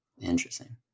interesting